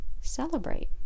celebrate